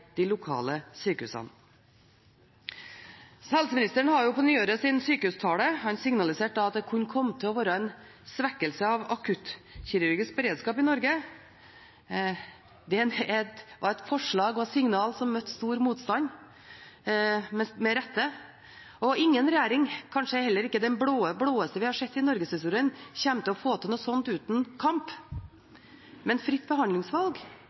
de lokale sykehusene. Helseministeren har på nyåret sin sykehustale. Han signaliserte da at det kunne komme til å være en svekkelse av akuttkirurgisk beredskap i Norge. Det var et forslag og et signal som møtte stor motstand – med rette. Ingen regjering, kanskje heller ikke den blåeste vi har sett i norgeshistorien, kommer til å få til noe slikt uten kamp. Men fritt behandlingsvalg